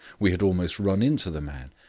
we had almost run into the man.